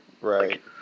right